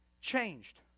changed